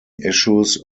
issues